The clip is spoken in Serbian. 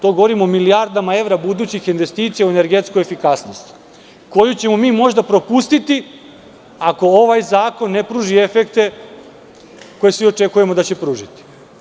Govorim o milijardama evra budućih investicija u energetskoj efikasnosti koju ćemo mi možda propustiti ako ovaj zakon ne pruži efekte koje svi očekujemo da će pružiti.